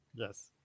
Yes